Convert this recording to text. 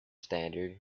standard